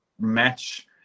match